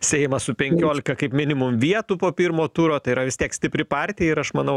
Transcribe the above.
seimą su penkiolika kaip minimum vietų po pirmo turo tai yra vis tiek stipri partija ir aš manau